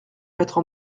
mettre